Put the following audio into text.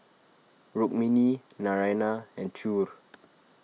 Rukmini Naraina and Choor